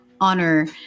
honor